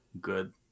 good